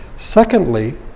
Secondly